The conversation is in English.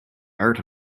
art